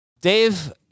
Dave